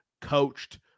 coached